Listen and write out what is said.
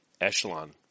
Echelon